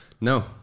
No